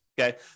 okay